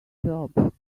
job